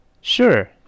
Sure